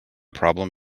problem